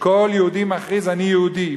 שכל יהודי מכריז: אני יהודי,